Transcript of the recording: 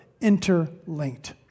interlinked